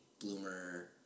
bloomer